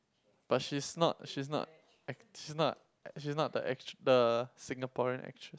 but she's not she's not ac~ she's not ac~ she's not the actr~ the Singaporean actress